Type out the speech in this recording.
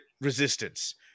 resistance